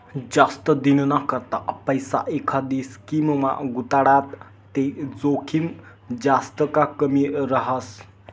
जास्त दिनना करता पैसा एखांदी स्कीममा गुताडात ते जोखीम जास्त का कमी रहास